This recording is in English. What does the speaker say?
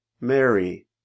Mary